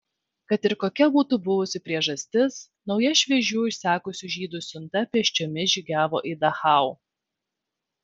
kad ir kokia būtų buvusi priežastis nauja šviežių išsekusių žydų siunta pėsčiomis žygiavo į dachau